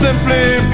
Simply